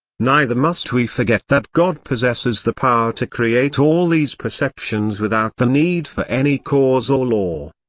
neither must we forget that god possesses the power to create all these perceptions without the need for any cause or law.